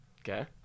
Okay